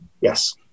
Yes